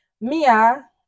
Mia